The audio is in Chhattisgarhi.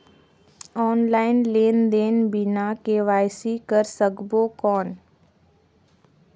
ऑनलाइन लेनदेन बिना के.वाई.सी कर सकबो कौन??